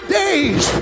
days